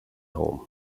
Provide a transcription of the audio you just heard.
home